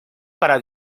para